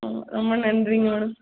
ம் ரொம்ப நன்றிங்க மேடம்